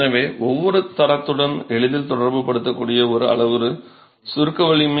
எனவே ஒவ்வொரு தரத்துடனும் எளிதில் தொடர்புபடுத்தக்கூடிய ஒரு அளவுரு சுருக்க வலிமை